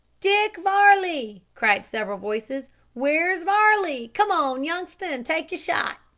dick varley, cried several voices where's varley? come on, youngster, an' take yer shot.